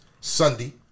Sunday